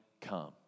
come